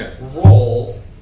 roll